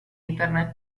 internet